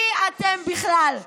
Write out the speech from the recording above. מי אתם בכלל?